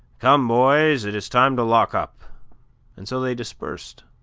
come, boys, it is time to lock up and so they dispersed,